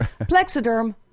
Plexiderm